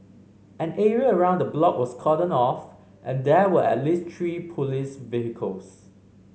an area around the block was cordoned off and there were at least three police vehicles